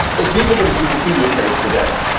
it's even in his wikipedia page today.